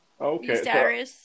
Okay